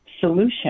solution